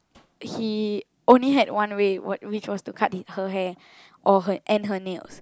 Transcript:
he only had one way which was to cut her hair or and her nails